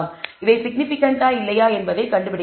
இவை சிக்னிபிகன்ட்டா இல்லையா என்பதைக் கண்டுபிடிக்கலாம்